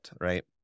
right